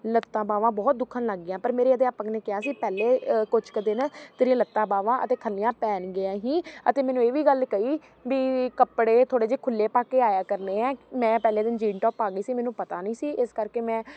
ਲੱਤਾਂ ਬਾਹਾਂ ਬਹੁਤ ਦੁਖਣ ਲੱਗ ਗਈਆਂ ਪਰ ਮੇਰੇ ਅਧਿਆਪਕ ਨੇ ਕਿਹਾ ਸੀ ਪਹਿਲੇ ਕੁਝ ਕੁ ਦਿਨ ਤੇਰੀਆਂ ਲੱਤਾਂ ਬਾਹਾਂ ਅਤੇ ਖੱਲੀਆਂ ਪੈਣਗੀਆਂ ਹੀ ਅਤੇ ਮੈਨੂੰ ਇਹ ਵੀ ਗੱਲ ਕਹੀ ਵੀ ਕੱਪੜੇ ਥੋੜ੍ਹੇ ਜਿਹੇ ਖੁੱਲ੍ਹੇ ਪਾ ਕੇ ਆਇਆ ਕਰਨੇ ਆ ਮੈਂ ਪਹਿਲੇ ਦਿਨ ਜੀਨ ਟੋਪ ਪਾ ਗਈ ਸੀ ਮੈਨੂੰ ਪਤਾ ਨਹੀਂ ਸੀ ਇਸ ਕਰਕੇ ਮੈਂ